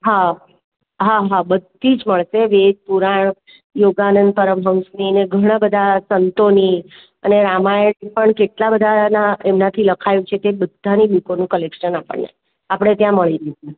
હા હા બધી જ મળશે વેદ પુરાણ યોગાનંદ પરમહંસની ને ઘણાં બધાં સંતોની અને રામાયણ પણ કેટલાં બધાં એના એમનાથી લખાયું છે તે બધાંની બૂકોનું કલેક્શન આપણને આપણે ત્યાં મળી રહેશે